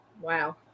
Wow